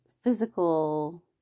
physical